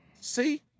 See